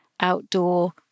outdoor